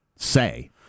Say